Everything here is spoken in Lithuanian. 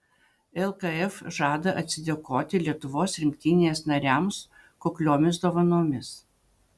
lkf žada atsidėkoti lietuvos rinktinės nariams kukliomis dovanomis